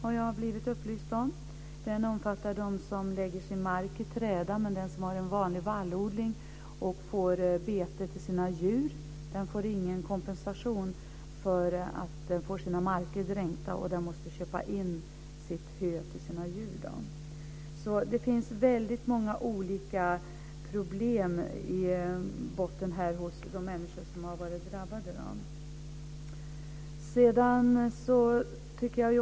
Ersättningen omfattar dem som har lagt sin mark i träda, men den som har en vanlig vallodling för bete till sina djur får ingen kompensation för att markerna har blivit dränkta och hö till djuren måste köpas in. Det finns många olika problem i botten hos de drabbade människorna.